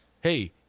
Hey